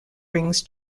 rings